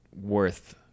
worth